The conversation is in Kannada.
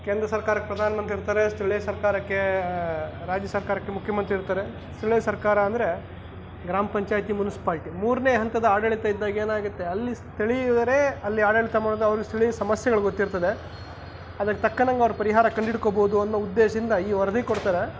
ಕೇಂದ್ರ ಸರ್ಕಾರಕ್ಕೆ ಪ್ರಧಾನ ಮಂತ್ರಿ ಇರ್ತಾರೆ ಸ್ಥಳೀಯ ಸರ್ಕಾರಕ್ಕೆ ರಾಜ್ಯ ಸರ್ಕಾರಕ್ಕೆ ಮುಖ್ಯಮಂತ್ರಿ ಇರ್ತಾರೆ ಸ್ಥಳೀಯ ಸರ್ಕಾರ ಅಂದರೆ ಗ್ರಾಮ ಪಂಚಾಯಿತಿ ಮುನ್ಸ್ಪಾಲ್ಟಿ ಮೂರ್ನೇ ಹಂತದ ಆಡಳಿತ ಇದ್ದಾಗ ಏನಾಗುತ್ತೆ ಅಲ್ಲಿ ಸ್ಥಳೀಯರೇ ಅಲ್ಲಿ ಆಡಳಿತ ಮಾಡ್ದ ಅಲ್ಲಿ ಸ್ಥಳೀಯರ ಸಮಸ್ಯೆಗಳು ಗೊತ್ತಿರ್ತದೆ ಅದ್ಕೆ ತಕ್ಕನಂಗೆ ಅವ್ರು ಪರಿಹಾರ ಕಂಡುಹಿಡ್ಕೋಬೋದು ಅನ್ನೋ ಉದ್ದೇಶದಿಂದ ಈ ವರದಿ ಕೊಡ್ತಾರೆ